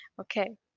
okay